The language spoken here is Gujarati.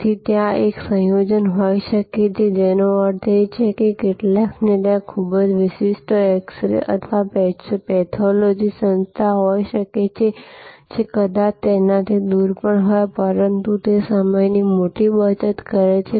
તેથી ત્યાં એક સંયોજન હોઈ શકે છે જેનો અર્થ છે કે કેટલાકને ત્યાં ખૂબ જ વિશિષ્ટ એક્સ રે અથવા પેથોલોજી સંસ્થા હોઈ શકે છે જે કદાચ તેનાથી દૂર પણ હોય પરંતુ તે સમયની મોટી બચત કરે છે